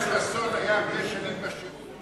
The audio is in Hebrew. ישראל חסון היה הרבה שנים בשירות,